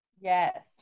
Yes